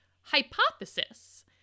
hypothesis